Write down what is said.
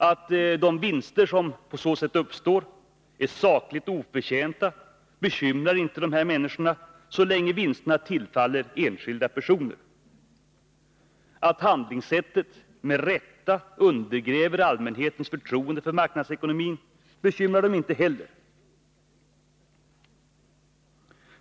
Att de vinster som på så sätt uppstår är sakligt oförtjänta bekymrar inte dessa konservativa så länge vinsterna tillfaller enskilda personer. Att handlingssättet med rätta undergräver allmänhetens förtroende för marknadsekonomin bekymrar dem inte heller.